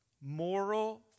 moral